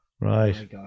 Right